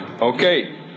Okay